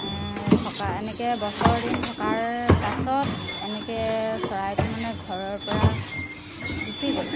থকা এনেকৈ বছৰ দিন থকাৰ পাছত এনেকে চৰাইটো মানে ঘৰৰ পৰা গুচি গ'ল